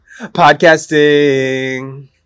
podcasting